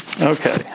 Okay